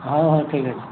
ହଉ ହଉ ଠିକ୍ ଅଛି